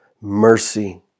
mercy